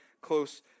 close